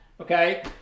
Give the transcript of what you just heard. okay